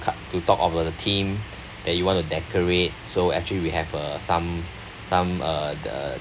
to talk of the theme that you want to decorate so actually we have uh some some uh the